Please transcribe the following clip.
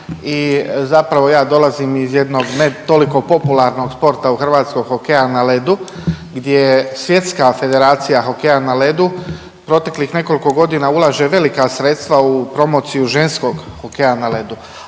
i zapravo ja dolazim iz jednog ne toliko popularnog sporta u Hrvatskoj hokeja na ledu gdje svjetska federacija hokeja na ledu proteklih nekoliko godina ulaže velika sredstva u promociju ženskog hokeja na ledu,